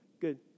Good